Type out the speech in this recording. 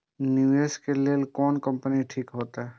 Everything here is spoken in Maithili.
निवेश करे के लेल कोन कंपनी ठीक होते?